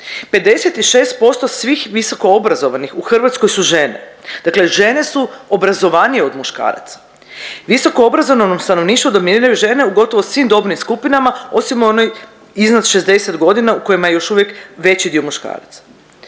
56% svih visokoobrazovanih u Hrvatskoj su žene, dakle žene su obrazovanije od muškaraca. Visokoobrazovanom stanovništvu dominiraju žene u gotovo svim dobnim skupinama osim onoj iznad 60.g. u kojima je još uvijek veći dio muškaraca.